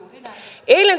eilen